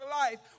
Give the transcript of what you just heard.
life